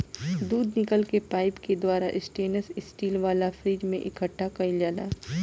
दूध निकल के पाइप के द्वारा स्टेनलेस स्टील वाला फ्रिज में इकठ्ठा कईल जाला